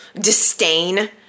disdain